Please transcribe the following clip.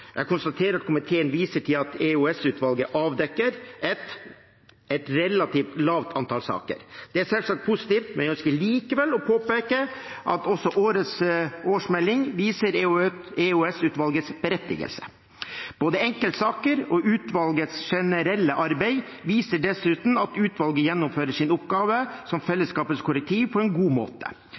Jeg konstaterer at komiteen viser til at EOS-utvalget avdekker et relativt lavt antall saker. Det er selvsagt positivt, men jeg ønsker likevel å påpeke at også årets årsmelding viser EOS-utvalgets berettigelse. Både enkeltsaker og utvalgets generelle arbeid viser dessuten at utvalget gjennomfører sin oppgave som fellesskapets korrektiv på en god måte.